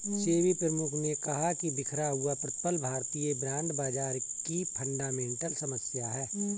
सेबी प्रमुख ने कहा कि बिखरा हुआ प्रतिफल भारतीय बॉन्ड बाजार की फंडामेंटल समस्या है